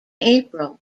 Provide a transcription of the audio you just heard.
april